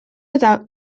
eta